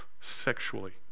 sexually